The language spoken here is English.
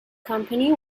company